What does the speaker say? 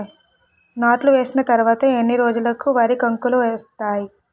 నాట్లు వేసిన తర్వాత ఎన్ని రోజులకు వరి కంకులు వస్తాయి?